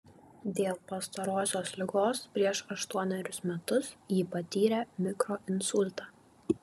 dėl pastarosios ligos prieš aštuonerius metus ji patyrė mikroinsultą